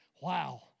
Wow